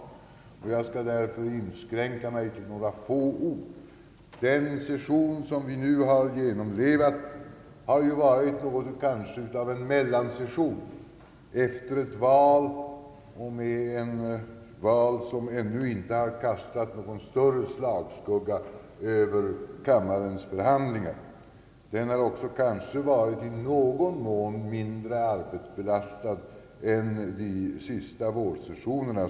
Jag skall därför inskränka mig till några få ord. Den session som vi nu genomlevat har kanske varit något av en mellansession, efter ett val och med ett val framför oss som ännu inte kastat någon större slagskugga över kammarens förhandlingar. Den har kanske också i någon mån varit mindre arbetsbelastad än de senaste vårsessionerna.